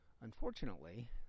Unfortunately